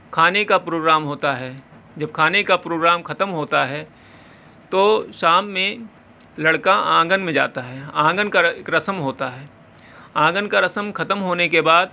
کھانے کا پروگرام ہوتا ہے جب کھانے کا پروگرام ختم ہوتا ہے تو شام میں لڑکا آنگن میں جاتا ہے آنگن کا اک رسم ہوتا ہے آنگن کا رسم ختم ہونے کے بعد